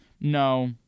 No